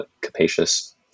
capacious